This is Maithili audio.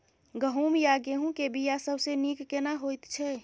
गहूम या गेहूं के बिया सबसे नीक केना होयत छै?